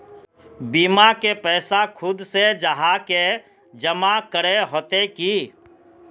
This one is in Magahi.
बीमा के पैसा खुद से जाहा के जमा करे होते की?